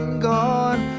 gone.